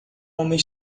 homem